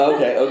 Okay